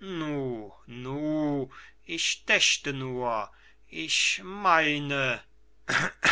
nu nu ich dächte nur ich meine